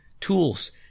tools